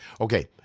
Okay